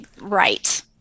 right